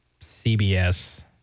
CBS